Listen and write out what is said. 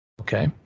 Okay